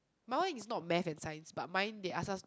my one is not Math and Science but mine they ask us